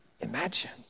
imagine